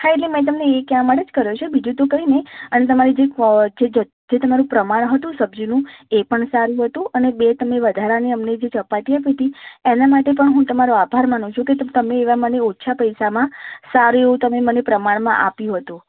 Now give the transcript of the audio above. હા એટલે મેં તમને એ કહેવા માટે જ કર્યો છે બીજું તો કંઈ નહીં અને તમારી જે ક્વો જે જ જે તમારું પ્રમાણ હતું સબ્જીનું એ પણ સારું હતું અને બે તમે વધારાની અમને જે ચપાટી આપી હતી એનાં માટે પણ હું તમારો આભાર માનું છું કે તમે એવા મને ઓછા પૈસામાં સારું એવું તમે મને પ્રમાણમાં આપ્યું હતું